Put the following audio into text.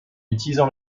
utilisant